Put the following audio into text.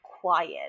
quiet